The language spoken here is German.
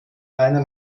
einer